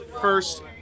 first